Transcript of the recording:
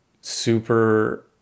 super